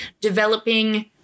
developing